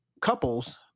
couples